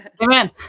amen